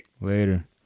Later